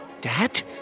Dad